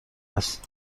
است